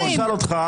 אני רוצה לשאול אותה,